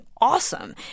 awesome